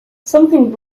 something